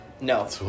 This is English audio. no